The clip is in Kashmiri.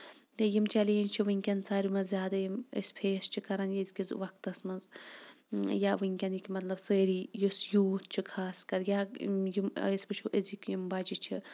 بیٚیہِ یِم چیلینجٔز چھِ وٕنکیٚن سٲوی منٛز زیادٕ یِم أسۍ فیس چھِ کران أزکِس وقتَس منٛز یا ؤنکیٚنٔکۍ مطلب سٲری یُس یوٗتھ چھُ خاص کر یا یِم أسۍ وٕچھو أزِکۍ یِم بچہٕ چھِ